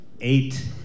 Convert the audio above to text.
Eight